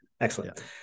excellent